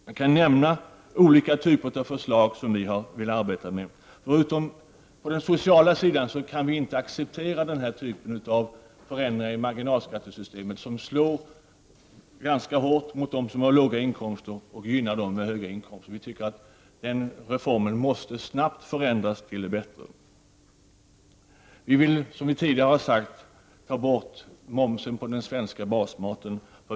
Jag kan nämna olika typer av förslag som vi har velat arbeta med. Förutom på den sociala sidan kan vi inte acceptera den typ av förändringar i marginalskattesystemet som slår ganska hårt mot dem som har låga inkomster och gynnar dem med höga. Den reformen måste snabbt förändras till det bättre. Som vi tidigare sagt vill vi ta bort momsen på den svenska basmaten.